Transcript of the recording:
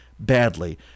Badly